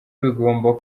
bigomba